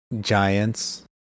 Giants